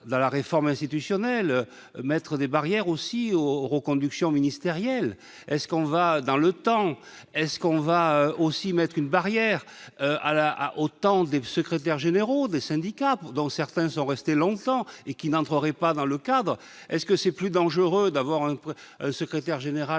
va la réforme institutionnelle, maître des barrières aussi aux reconduction ministériel est-ce qu'on va dans le temps est-ce qu'on va aussi mettre une barrière à l'Otan des 2 secrétaires généraux des syndicats pour dont certains sont restés longtemps et qui n'entrerait pas dans le cadre est-ce que c'est plus dangereux d'avoir un emploi, secrétaire général